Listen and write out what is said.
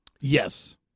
Yes